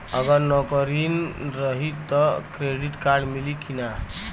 अगर नौकरीन रही त क्रेडिट कार्ड मिली कि ना?